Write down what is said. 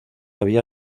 había